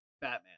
Batman